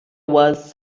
was